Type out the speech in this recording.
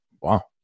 Wow